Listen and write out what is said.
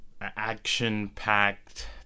action-packed